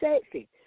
sexy